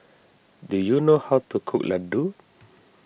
do you know how to cook Laddu